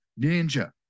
Ninja